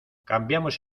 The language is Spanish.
cambiamos